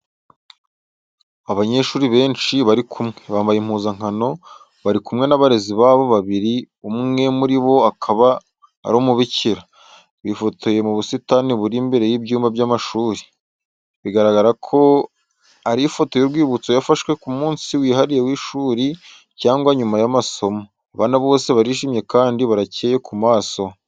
Abanyeshuri benshi bari kumwe, bambaye impuzankano bari kumwe n’abarezi babo babiri umwe muri bo akaba ari umubikira, bifotoreje mu busitani buri imbere y’ibyumba by'amashuri. Bigaragara ko ari ifoto y’urwibutso yafashwe ku munsi wihariye w’ishuri cyangwa nyuma y’amasomo. Abana bose barishimye kandi baracyeye ku maso.